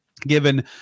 given